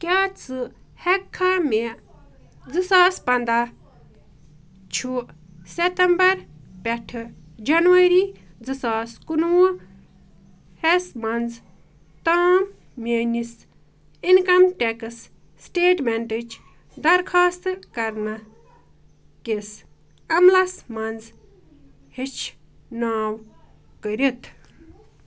کیٛاہ ژٕ ہٮ۪کہٕ کھا مےٚ زٕ ساس پَنٛداہ چھُ سٮ۪تَمبَر پٮ۪ٹھٕ جنؤری زٕ ساس کُنہٕ وُہ ہَس منٛز تام میٛٲنِس اِنکَم ٹٮ۪کٕس سٕٹیٹمٮ۪نٛٹٕچ درخواستہٕ کرنہٕ کِس عملَس منٛز ہیٚچھناو کٔرِتھ